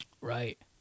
Right